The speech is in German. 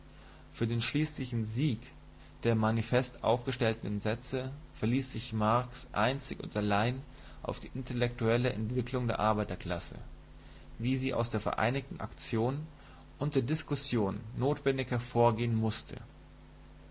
für den schließlichen sieg der im manifest aufgestellten sätze verließ sich marx einzig und allein auf die intellektuelle entwicklung der arbeiterklasse wie sie aus der vereinigten aktion und der diskussion notwendig hervorgehn mußte